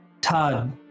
Todd